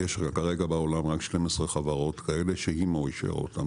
יש כרגע בעולם רק 12 חברות כאלה שאימ"ו אישר אותן.